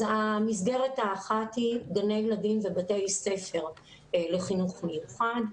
המסגרת האחת היא גני ילדים בבתי ספר לחינוך מיוחד.